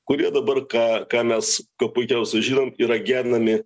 kurie dabar ką ką mes kuo puikiausiai žinom yra genami